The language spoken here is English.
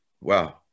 wow